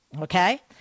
okay